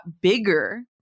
bigger